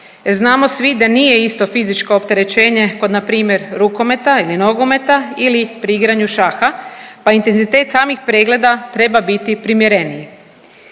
Znamo svi da nije isto fizičko opterećenje kod npr. rukometa ili nogometa ili pri igranju šaha, pa intenzitet samih pregleda treba biti primjereniji.